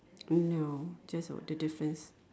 no just o~ the difference